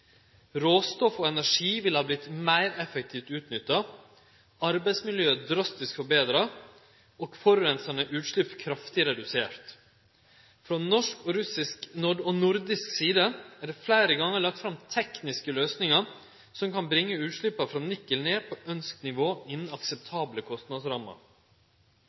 energi ville ha vorte meir effektivt utnytta, arbeidsmiljøet drastisk forbetra og forureinande utslepp kraftig reduserte. Frå norsk og nordisk side er det fleire gonger lagt fram tekniske løysingar som kan bringe utsleppa frå Nikel ned på ønskt nivå innan akseptable